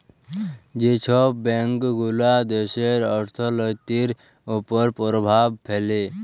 যে ছব ব্যাংকগুলা দ্যাশের অথ্থলিতির উপর পরভাব ফেলে